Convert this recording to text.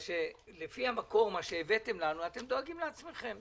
לפי מה שהבאתם לנו, אתם דואגים לעצמכם.